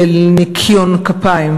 של ניקיון כפיים